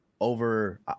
over